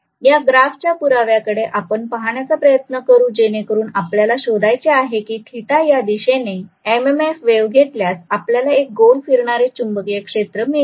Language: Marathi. या ग्राफ च्या पुराव्या कडे आपण पाहण्याचा प्रयत्न करू जेणेकरून आपल्याला शोधायचे आहे की θ या दिशेने एम एस एफ वेव्ह घेतल्यास आपल्याला एक गोल फिरणारे चुंबकीय क्षेत्र मिळते का